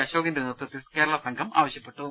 അശോകിന്റെ നേതൃത്വ ത്തിൽ കേരള സംഘം ആവശ്യപ്പെട്ടു